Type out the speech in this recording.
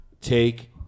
take